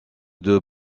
deux